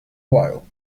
while